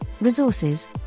resources